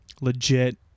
legit